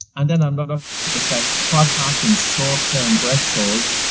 and then another effect of what happens short-term breathhold,